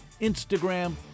Instagram